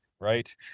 right